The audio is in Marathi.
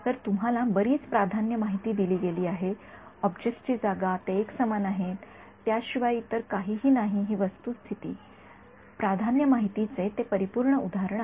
तर तुम्हाला बरीच प्राधान्य माहिती दिली गेली आहे ऑब्जेक्ट्सची जागा ते एकसमान आहेत त्याशिवाय इतर काहीही नाही ही वस्तुस्थिती प्राधान्य माहितीचे ते परिपूर्ण उदाहरण आहे